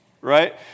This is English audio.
Right